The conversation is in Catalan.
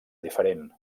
diferent